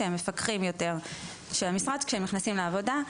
שמפקחים יותר כשנכנסים לעבודה.